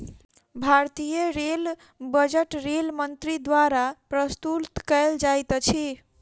भारतीय rail budget rail मंत्री द्वारा प्रस्तुत कयल जाइत अछि